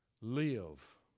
live